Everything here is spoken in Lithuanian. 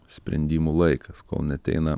sprendimų laikas kol neateina